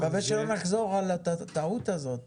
אני מקווה שלא נחזור על הטעות הזאת